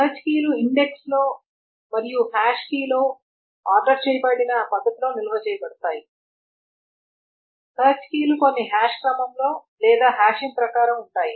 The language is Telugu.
సెర్చ్ కీలు ఇండెక్స్ లో మరియు హాష్ కీలో ఆర్డర్ చేయబడిన పద్ధతిలో నిల్వ చేయబడతాయి సెర్చ్ కీలు కొన్ని హాష్ క్రమంలో లేదా హాషింగ్ ప్రకారం ఉంటాయి